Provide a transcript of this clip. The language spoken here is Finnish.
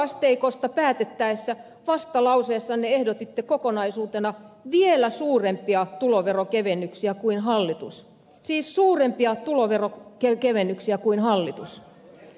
veroasteikosta päätettäessä vastalauseessanne ehdotitte kokonaisuutena vielä suurempia tuloveronkevennyksiä kuin hallitus siis suurempia tuloveronkevennyksiä kuin hallitus